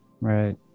Right